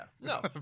No